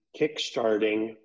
kickstarting